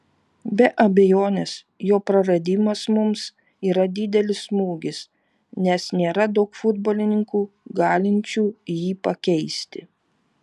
be abejonės jo praradimas mums yra didelis smūgis nes nėra daug futbolininkų galinčių jį pakeisti